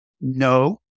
No